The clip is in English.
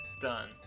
Done